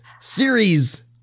series